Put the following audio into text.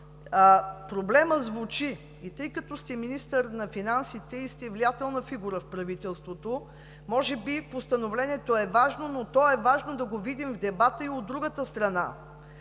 проблемът звучи. Тъй като сте министър на финансите и сте влиятелна фигура в правителството, може би Постановлението е важно, но е важно да го видим в дебата и от другата страна